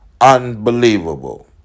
unbelievable